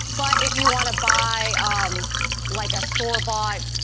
but if you wanna buy um like a store bought.